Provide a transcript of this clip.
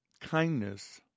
kindness